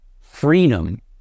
Freedom